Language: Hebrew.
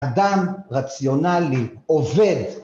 אדם רציונלי, עובד,